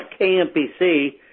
KMPC